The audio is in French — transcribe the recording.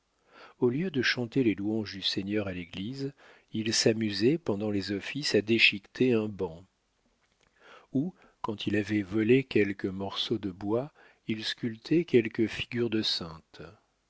au lieu de chanter les louanges du seigneur à l'église il s'amusait pendant les offices à déchiqueter un banc ou quand il avait volé quelque morceau de bois il sculptait quelque figure de sainte